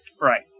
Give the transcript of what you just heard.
Right